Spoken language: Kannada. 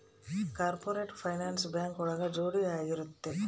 ಕಾರ್ಪೊರೇಟ್ ಫೈನಾನ್ಸ್ ಬ್ಯಾಂಕ್ ಒಳಗ ಜೋಡಿ ಆಗಿರುತ್ತೆ